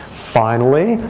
finally,